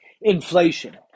inflation